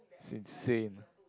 it's insane